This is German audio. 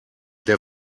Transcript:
der